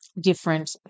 different